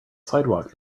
sidewalk